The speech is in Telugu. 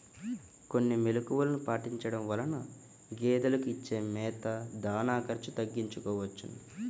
కొన్ని మెలుకువలు పాటించడం వలన గేదెలకు ఇచ్చే మేత, దాణా ఖర్చు తగ్గించుకోవచ్చును